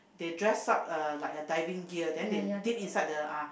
they dress up uh like a diving gear then they dip inside the ah